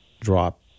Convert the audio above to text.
drop